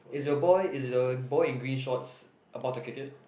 is your boy is the boy in green shorts about to kick it